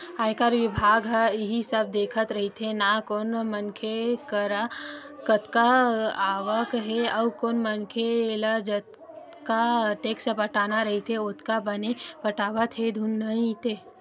आयकर बिभाग ह इही सब देखत रहिथे ना कोन मनखे कर कतका आवक हे अउ ओ मनखे ल जतका टेक्स पटाना रहिथे ओतका बने पटावत हे धुन नइ ते